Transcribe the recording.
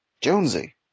Jonesy